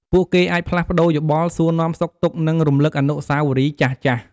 ពួកគេអាចផ្លាស់ប្ដូរយោបល់ សួរនាំសុខទុក្ខ និងរំលឹកអនុស្សាវរីយ៍ចាស់ៗ។